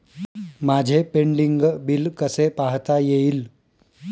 माझे pending bill कसे पाहता येईल?